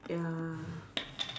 ya